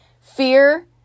Fear